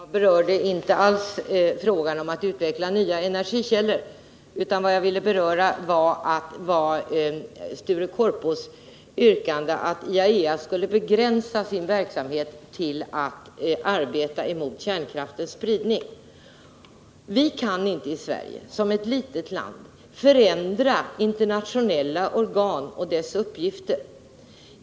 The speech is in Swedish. Fru talman! Jag berörde inte alls frågan om att utveckla nya energikällor, utan vad jag ville beröra var Sture Korpås yrkande att IAEA skulle begränsa sin verksamhet till att arbeta emot kärnkraftens spridning. Sverige, som är ett litet land, kan inte förändra internationella organ och deras uppgifter.